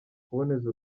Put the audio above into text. kuboneza